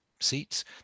seats